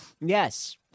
Yes